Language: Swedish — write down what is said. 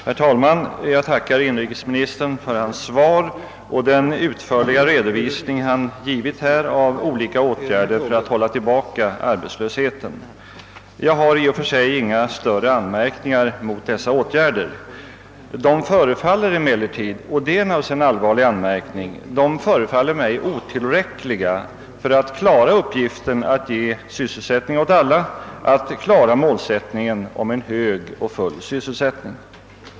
Herr talman! Jag tackar inrikesministern för svaret och den utförliga redovisningen av olika åtgärder för att hålla tillbaka arbetslösheten. Jag har i och för sig inga anmärkningar att göra mot dessa åtgärder. De förefaller mig emellertid — och detta är naturligtvis en allvarlig anmärkning — otillräckliga för att klara uppgiften att ge sysselsättning åt alla, för att klara målsättningen om en hög och full sysselsättning.